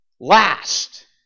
last